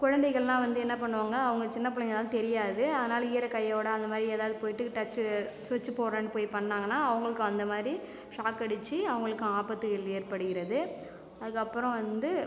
குழந்தைகள்லாம் வந்து என்ன பண்ணுவாங்க அவங்க சின்ன பிள்ளைங்கனால தெரியாது அதனால் ஈர கையோட அத மாரி எதாவது போயிட்டு டச்சு ஸ்விட்ச் போடுறேன்னு போய் பண்ணாங்கன்னா அவங்களுக்கு அந்த மாரி ஷாக் அடிச்சு அவங்களுக்கு ஆபத்துகள் ஏற்படுகிறது அதுக்கு அப்புறம் வந்து